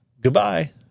Goodbye